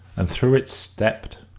and through it stepped,